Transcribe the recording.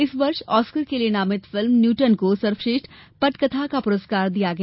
इस वर्ष ऑस्कर के लिए नामित फिल्म न्यूटन को सर्वश्रेष्ठ पटकथा का पुरस्कार दिया गया